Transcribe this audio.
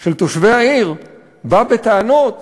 של תושבי העיר בא בטענות